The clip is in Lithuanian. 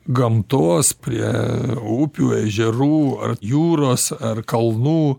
gamtos prie upių ežerų ar jūros ar kalnų